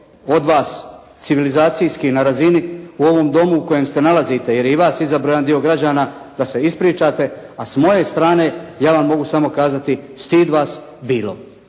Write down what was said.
od vas civilizacijski na razini u ovom Domu u kojem se nalazite, jer je i vas izabrao jedan dio građana, da se ispričate, a s moje strane ja vam mogu kazati, stid vas bilo.